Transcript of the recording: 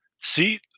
See